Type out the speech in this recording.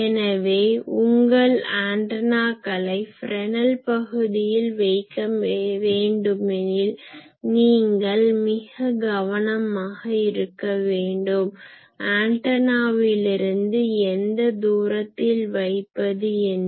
எனவே உங்கள் ஆன்டனாக்களை ஃப்ரெஸ்னல் பகுதியில் வைக்க வேண்டுமெனில் நீங்கள் மிக கவனமாக இருக்க வேண்டும் ஆன்டனாவிலிருந்து எந்த தூரத்தில் வைப்பது என்று